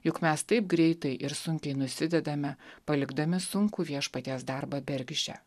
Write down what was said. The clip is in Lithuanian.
juk mes taip greitai ir sunkiai nusidedame palikdami sunkų viešpaties darbą bergždžią